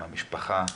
עם המשפחה.